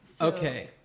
Okay